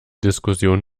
diskussion